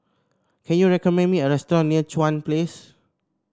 can you recommend me a restaurant near Chuan Place